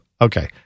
Okay